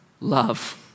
love